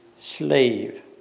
slave